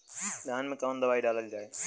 धान मे कवन दवाई डालल जाए?